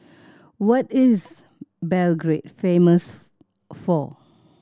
what is Belgrade famous for